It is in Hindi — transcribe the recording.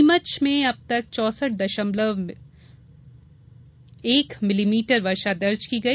नीमच अब तक चौसठ दशमलव मिली मीटर वर्षा दर्ज की गई